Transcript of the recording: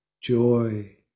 joy